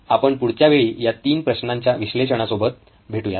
आपण पुढच्या वेळी या तीन प्रश्नांच्या विश्लेषणासोबत भेटूयात